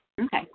Okay